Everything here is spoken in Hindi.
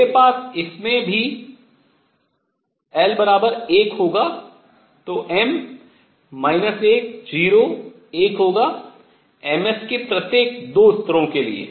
मेरे पास इसमें भी l 1 होगा तो m 1 0 1 होगा ms के प्रत्येक 2 स्तरों के लिए